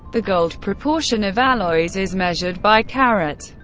the gold proportion of alloys is measured by karat.